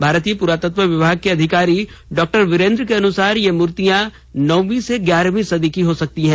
भारतीय प्रातत्व विभाग के अधिकारी डॉ बिरेन्द्र के अनुसार ये मूर्तियां नौवी से ग्यारहवी सदी की हो सकती हैं